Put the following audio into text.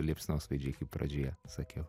liepsnosvaidžiai kaip pradžioje sakiau